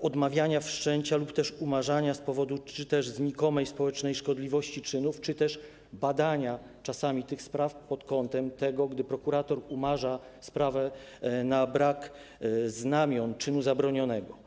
odmawiania wszczęcia lub też umarzania z powodu czy to znikomej społecznej szkodliwości czynów, czy to czasami badania tych spraw pod tym kątem, gdy prokurator umarza sprawę ze względu na brak znamion czynu zabronionego.